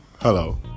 hello